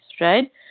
right